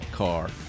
car